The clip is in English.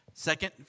Second